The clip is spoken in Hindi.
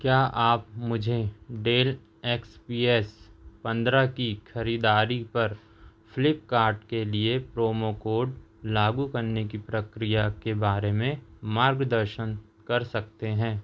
क्या आप मुझे डेल एक्स पी एस पंद्रह की ख़रीदारी पर फ्लीपकार्ट के लिए प्रोमो कोड लागू करने की प्रक्रिया के बारे में मार्गदर्शन कर सकते हैं